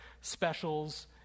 specials